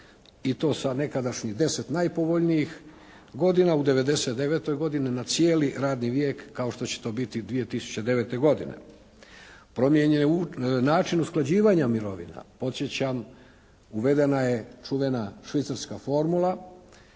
i to sa nekadašnjih 10 najpovoljnijih godina, u 99. godini na cijeli radni vijek kao što će to biti 2009. godine. Promijenjen je način usklađivanja mirovina. Podsjećam uvedena je čuvena švicarska formula